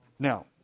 Now